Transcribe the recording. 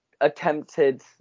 attempted